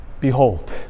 behold